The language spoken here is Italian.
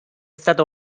stata